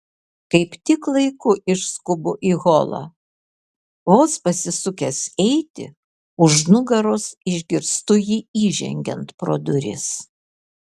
kaip tik laiku išskubu į holą vos pasisukęs eiti už nugaros išgirstu jį įžengiant pro duris